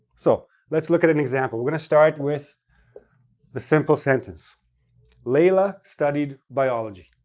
so, let's look at an example. we're going to start with the simple sentence layla studied biology.